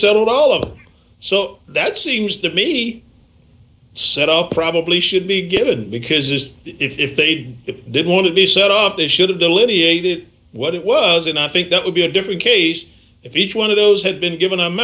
settled all of them so that seems to me set up probably should be given because if they'd it didn't want to be set off they should have delineated what it was and i think that would be a different case if each one of those had been given